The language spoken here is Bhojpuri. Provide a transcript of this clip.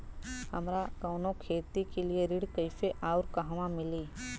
हमरा कवनो खेती के लिये ऋण कइसे अउर कहवा मिली?